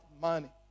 money